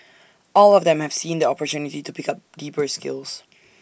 all of them have seen the opportunity to pick up deeper skills